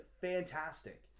fantastic